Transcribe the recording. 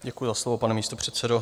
Děkuji za slovo, pane místopředsedo.